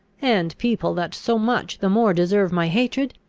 and people that so much the more deserve my hatred,